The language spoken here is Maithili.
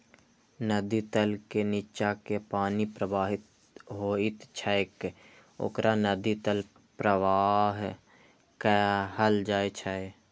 नदी तल के निच्चा जे पानि प्रवाहित होइत छैक ओकरा नदी तल प्रवाह कहल जाइ छै